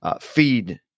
feed